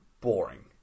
boring